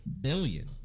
billion